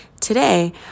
Today